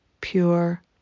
pure